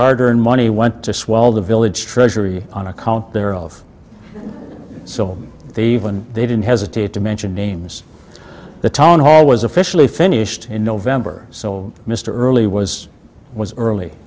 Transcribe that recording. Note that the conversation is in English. hard earned money went to swell the village treasury on account there of so they even they didn't hesitate to mention names the town hall was officially finished in november so mr early was was early